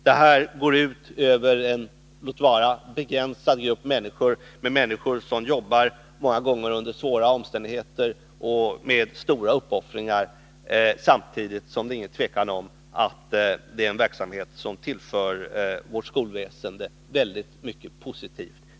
Det här går ut över en, låt vara begränsad, grupp människor som många gånger jobbar under svåra omständigheter och med stora uppoffringar. Samtidigt råder det inget tvivel om att det är en verksamhet som tillför vårt skolväsende väldigt mycket positivt.